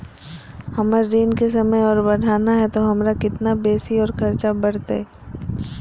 हमर ऋण के समय और बढ़ाना है तो हमरा कितना बेसी और खर्चा बड़तैय?